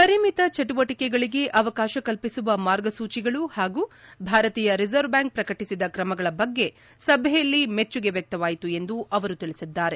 ಪರಿಮಿತ ಚಟುವಟಕೆಗಳಿಗೆ ಅವಕಾಶ ಕಲ್ಪಿಸುವ ಮಾರ್ಗಸೂಚಿಗಳು ಹಾಗೂ ಭಾರತೀಯ ರಿಸರ್ವ್ ಬ್ಯಾಂಕ್ ಪ್ರಕಟಿಸಿದ ಕ್ರಮಗಳ ಬಗ್ಗೆ ಸಭೆಯಲ್ಲಿ ಮೆಚ್ಚುಗೆ ವ್ಚಕವಾಯಿತು ಎಂದು ಅವರು ತಿಳಿಸಿದ್ದಾರೆ